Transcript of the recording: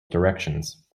directions